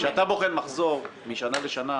כשאתה בוחן מחזור משנה לשנה,